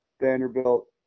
Vanderbilt